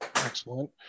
Excellent